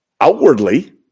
outwardly